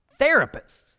therapists